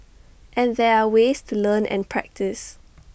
and there are ways to learn and practice